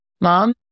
mom